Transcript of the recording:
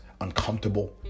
uncomfortable